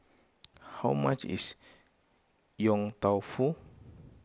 how much is Yong Tau Foo